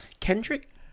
kendrick